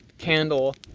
candle